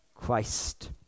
Christ